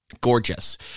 Gorgeous